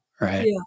right